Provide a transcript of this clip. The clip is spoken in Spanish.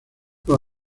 los